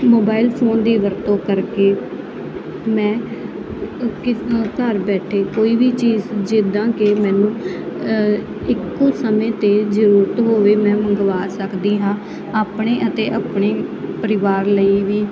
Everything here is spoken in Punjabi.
ਮੋਬਾਇਲ ਫੋਨ ਦੀ ਵਰਤੋਂ ਕਰਕੇ ਮੈਂ ਇਸ ਘਰ ਬੈਠੇ ਕੋਈ ਵੀ ਚੀਜ਼ ਜਿੱਦਾਂ ਕਿ ਮੈਨੂੰ ਇੱਕੋਂ ਸਮੇਂ ਤੇ ਜਰੂਰਤ ਹੋਵੇ ਮੈਂ ਮੰਗਵਾ ਸਕਦੀ ਹਾਂ ਆਪਣੇ ਅਤੇ ਆਪਣੀ ਪਰਿਵਾਰ ਲਈ ਵੀ